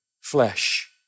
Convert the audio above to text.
flesh